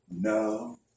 no